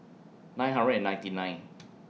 nine hundred and ninety nine